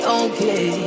okay